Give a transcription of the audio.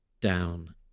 down